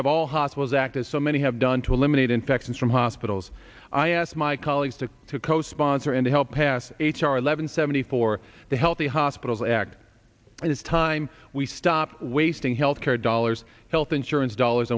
have all hostiles active so many have done to eliminate infections from hospitals i asked my colleagues to to co sponsor and help pass h r eleven seventy four the healthy hospitals act it is time we stop wasting healthcare dollars health insurance dollars